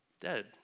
dead